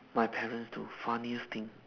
my parents do funniest thing